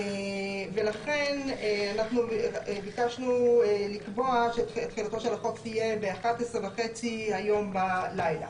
ולכן ביקשנו לקבוע שתוקפו של החוק יהיה היום ב-11:30 בלילה.